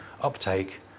uptake